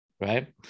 right